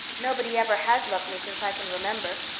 nobody ever has loved me since i can remember.